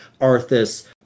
Arthas